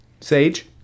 Sage